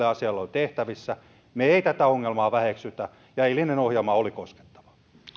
asialle on tehtävissä me emme tätä ongelmaa väheksy ja eilinen ohjelma oli koskettava